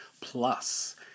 plus